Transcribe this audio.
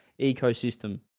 ecosystem